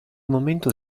momento